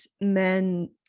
men